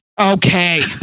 Okay